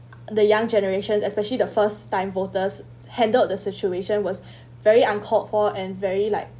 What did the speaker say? the young generation especially the first time voters handled the situation was very uncalled for and very like